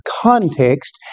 context